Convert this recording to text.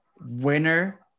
Winner